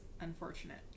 unfortunate